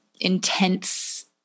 intense